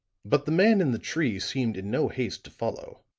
but the man in the tree seemed in no haste to follow